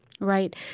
Right